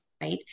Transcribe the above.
right